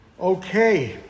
Okay